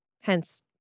hence